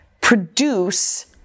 produce